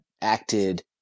acted